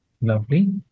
Lovely